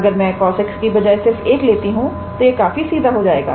अगर मैं cos x की बजाए सिर्फ 1 लेती हूं तो फिर यह काफी सीधा हो जाएगा